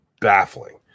baffling